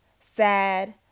sad